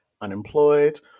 unemployed